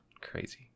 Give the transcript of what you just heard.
Crazy